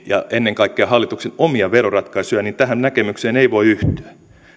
ja ennen kaikkea hallituksen omia veroratkaisuja niin tähän näkemykseen ei voi yhtyä